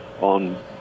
on